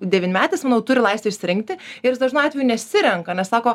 devynmetis manau turi laisvę išsirinkti ir jis dažnu atveju nesirenka nes sako